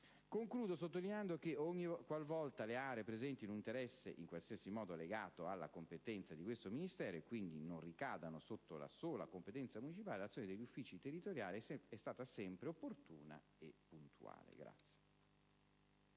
Concludo sottolineando che, ogni qual volta le aree presentino un interesse in qualsiasi modo legato alla competenza di questo Ministero e, quindi, non ricadano sotto la sola competenza municipale, l'azione degli uffici territoriali sarà sempre opportuna e puntuale.